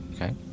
Okay